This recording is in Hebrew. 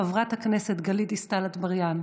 חברת הכנסת גלית דיסטל אטבריאן,